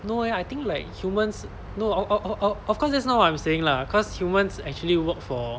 no eh I think like humans no o~ o~ o~ of course that's not what I'm saying lah cause humans actually work for